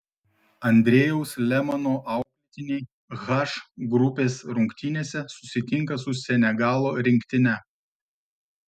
andrejaus lemano auklėtiniai h grupės rungtynėse susitinka su senegalo rinktine